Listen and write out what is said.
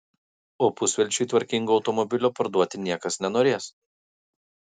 o pusvelčiui tvarkingo automobilio parduoti niekas nenorės